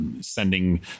sending